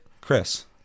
Chris